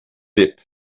lip